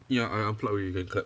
yeah I upload already can cut